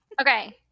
Okay